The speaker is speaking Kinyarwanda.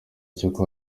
cy’uko